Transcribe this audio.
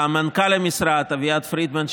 למנכ"ל המשרד אביעד פרידמן,